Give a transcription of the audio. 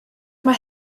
mae